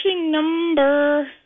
number